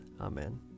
Amen